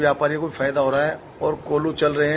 व्यापारियों को फायदा हो रहा है ओर कोल्हू चल रहे है